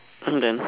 I'm done